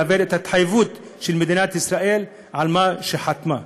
לאבד את ההתחייבות של מדינת ישראל על מה שחתמה.